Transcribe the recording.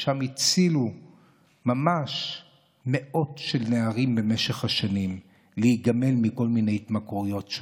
ושם הצילו במשך השנים ממש מאות נערים שנגמלו מכל מיני התמכרויות.